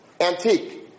antique